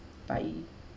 bye